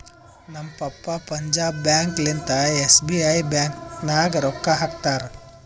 ನಮ್ ಪಪ್ಪಾ ಪಂಜಾಬ್ ಬ್ಯಾಂಕ್ ಲಿಂತಾ ಎಸ್.ಬಿ.ಐ ಬ್ಯಾಂಕ್ ನಾಗ್ ರೊಕ್ಕಾ ಹಾಕ್ತಾರ್